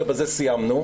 ובזה סיימנו.